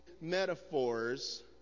metaphors